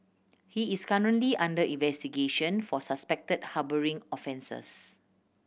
he is currently under investigation for suspected harbouring offences